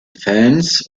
fans